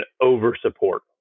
over-support